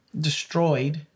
destroyed